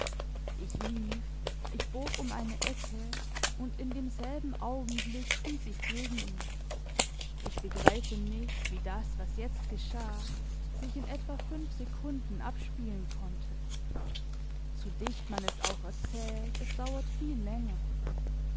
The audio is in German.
ich lief ich bog um eine ecke und in demselben augenblick stieß ich gegen ihn ich begreife nicht wie das was jetzt geschah sich in etwa fünf sekunden abspielen konnte so dicht man es auch erzählt es dauert viel länger